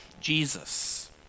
Jesus